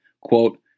quote